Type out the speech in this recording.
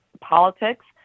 politics